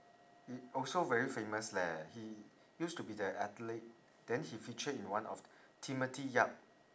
he also very famous leh he used to be the athlete then he feature in one of timothy yap